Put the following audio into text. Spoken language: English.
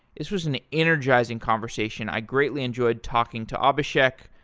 this was an energizing conversation. i greatly enjoyed talking to abhisheck.